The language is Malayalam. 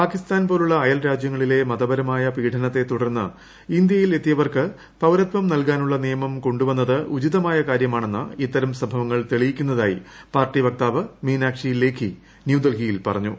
പാകിസ്ഥാൻ പോലുള്ള അയൽരാജ്യങ്ങളിലെ മതപരമായ പീഡനത്തെ തുടർന്ന് ഇന്ത്യയിൽ എത്തിയവർക്ക് പൌരത്വം നൽകാനുള്ള നിയമം കൊണ്ടുവന്നത് ഉചിതമായ കാര്യമാണെന്ന് ഇത്തരം സംഭവങ്ങൾ തെളിയിക്കുന്നതായി പാർട്ടി വക്താവ് മീനാക്ഷി ലേഖി ന്യൂഡൽഹിയിൽ പറഞ്ഞു